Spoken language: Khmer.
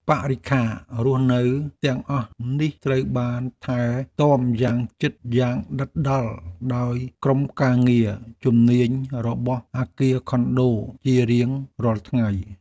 បរិក្ខាររស់នៅទាំងអស់នេះត្រូវបានថែទាំយ៉ាងដិតដល់ដោយក្រុមការងារជំនាញរបស់អគារខុនដូជារៀងរាល់ថ្ងៃ។